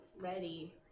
ready